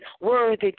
worthy